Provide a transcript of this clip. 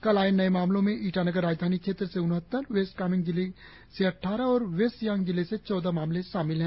कल आए नए मामलों में ईटानगर राजधानी क्षेत्र से उनहत्तर वेस्ट कामेंग जिले से अद्वारह और वेस्ट सियांग जिले से चौदह मामले शामिल है